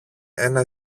ένα